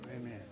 Amen